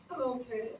Okay